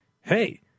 Hey